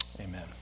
Amen